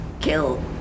kill